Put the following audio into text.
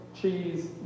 cheese